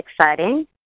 exciting